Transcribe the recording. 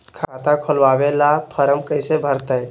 खाता खोलबाबे ला फरम कैसे भरतई?